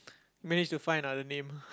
manage to find another name